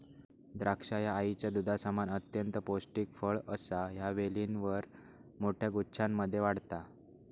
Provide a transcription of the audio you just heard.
द्राक्षा ह्या आईच्या दुधासमान अत्यंत पौष्टिक फळ असा ह्या वेलीवर मोठ्या गुच्छांमध्ये वाढता